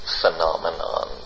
phenomenon